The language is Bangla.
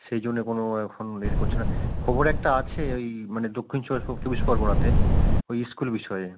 সেই জন্যে কোনও এখন বের করছি না খবর একটা আছে ওই মানে দক্ষিণ চব্বিশ পরগণাতে ওই ইস্কুল বিষয়ে